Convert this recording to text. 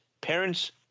Parents